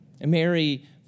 Mary